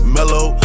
Mellow